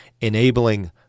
enabling